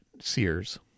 Sears